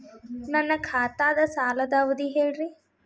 ನನ್ನ ಖಾತಾದ್ದ ಸಾಲದ್ ಅವಧಿ ಹೇಳ್ರಿ